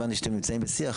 הבנתי שאתם נמצאים בשיח,